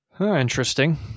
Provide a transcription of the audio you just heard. Interesting